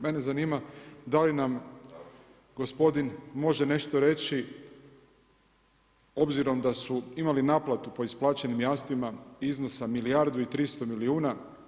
Mene zanima, da li nam gospodin može nešto reći, obzirom da su imali naplatu po isplaćenim jamstvima iznosa milijardu i 300 milijuna.